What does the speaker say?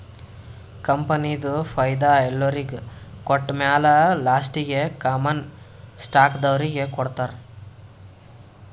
ಕಂಪನಿದು ಫೈದಾ ಎಲ್ಲೊರಿಗ್ ಕೊಟ್ಟಮ್ಯಾಲ ಲಾಸ್ಟೀಗಿ ಕಾಮನ್ ಸ್ಟಾಕ್ದವ್ರಿಗ್ ಕೊಡ್ತಾರ್